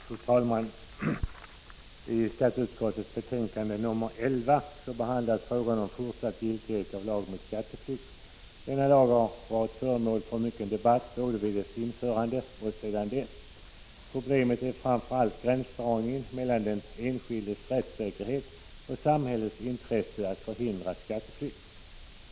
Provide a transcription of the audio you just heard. Fru talman! I skatteutskottets betänkande nr 11 behandlas frågan om fortsatt giltighet av lagen mot skatteflykt. Denna lag har varit föremål för mycken debatt, både vid lagens införande och sedan dess. Problemet är framför allt gränsdragningen mellan den enskildes rättssäkerhet och samhällets intresse av att förhindra skatteflykt.